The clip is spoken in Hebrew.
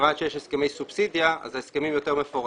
מכיוון שיש הסכמי סובסידיה, ההסכמים יותר מפורטים.